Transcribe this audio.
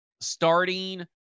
starting